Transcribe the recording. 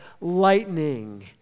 lightning